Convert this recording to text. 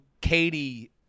katie